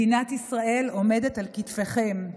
מדינת ישראל עומדת על כתפיכם.